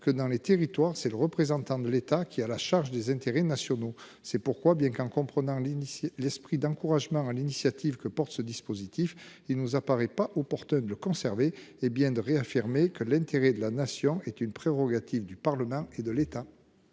que dans les territoires. C'est le représentant de l'État qui a la charge des intérêts nationaux. C'est pourquoi bien qu'en comprenant l'initier l'esprit d'encouragement à l'initiative que porte ce dispositif il nous apparaît pas opportun de le conserver. Hé bien de réaffirmer que l'intérêt de la nation est une prérogative du Parlement et de l'État.